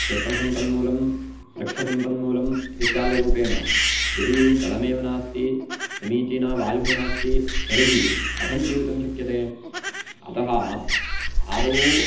क्षेत्रसम्पन्मूलं वृक्षसम्पन्मूलम् इत्यादिरूपेण यदि जलमेव नास्ति समीचीनवायुः नास्ति तर्हि कथं जीवितुं शक्यते अतः आदौ